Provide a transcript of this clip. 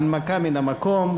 הנמקה מן המקום.